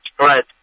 Right